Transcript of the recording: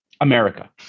America